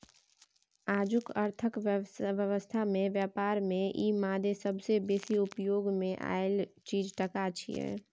आजुक अर्थक व्यवस्था में ब्यापार में ई मादे सबसे बेसी उपयोग मे आएल चीज टका छिये